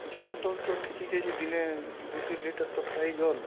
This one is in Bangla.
জল টল তো ঠিকই খেয়েছি দিনে দু তিন লিটার তো খাই জল